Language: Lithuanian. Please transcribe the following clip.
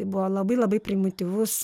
tai buvo labai labai primityvus